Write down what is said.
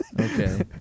Okay